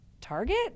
target